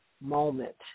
moment